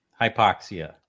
hypoxia